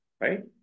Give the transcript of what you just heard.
right